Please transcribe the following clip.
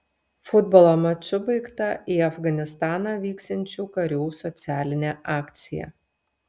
futbolo maču baigta į afganistaną vyksiančių karių socialinė akcija